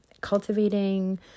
cultivating